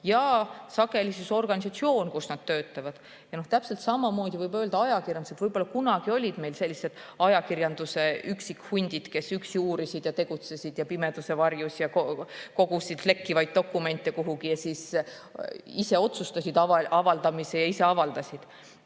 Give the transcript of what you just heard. ja sageli organisatsioon, kus nad töötavad. Täpselt samamoodi võib öelda ajakirjanduse kohta. Võib-olla kunagi olid meil sellised ajakirjanduse üksikhundid, kes üksi uurisid ja tegutsesid, pimeduse varjus kogusid lekkivaid dokumente kuhugi, siis ise otsustasid avaldamise ja ise avaldasid.